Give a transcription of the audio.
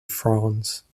france